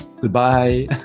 Goodbye